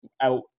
out